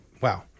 Wow